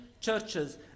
churches